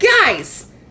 guys